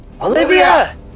Olivia